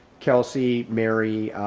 kelsey, mary,